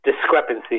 discrepancy